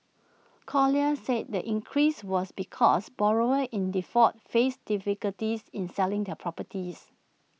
colliers said the increase was because borrowers in default faced difficulties in selling their properties